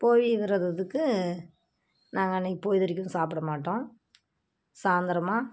போகிய விருதத்துக்கு நாங்கள் அன்றைக்கு பொழுதேனிக்கும் சாப்பிட மாட்டோம் சாய்ந்தரமா